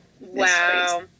Wow